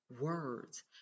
words